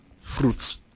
fruits